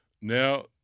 now